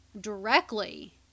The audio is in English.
directly